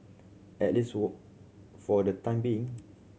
at least for the time being